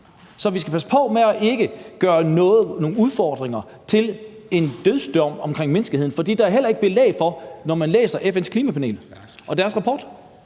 Så vi skal passe på ikke at gøre nogle udfordringer til en dødsdom for menneskeheden. For det er der heller ikke belæg for, når man læser FN's klimapanels rapport.